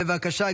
בבקשה.